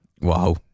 Wow